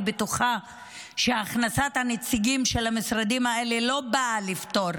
אני בטוחה שהכנסת הנציגים של המשרדים האלה לא באה לפתור